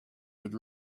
would